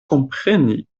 kompreni